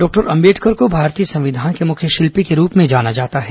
doctor Ambedkar को भारतीय संविधान के मुख्य शिल्पी के रूप में जाना जाता है